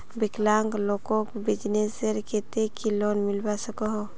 विकलांग लोगोक बिजनेसर केते की लोन मिलवा सकोहो?